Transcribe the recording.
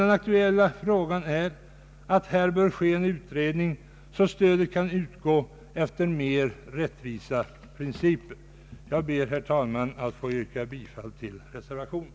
Den aktuella frågan gäller en utredning om att stödet bör utgå efter mer rättvisa principer. Jag ber, herr talman, att få yrka bifall till reservationen.